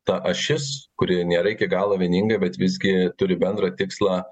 ta ašis kuri nėra iki galo vieninga bet visgi turi bendrą tikslą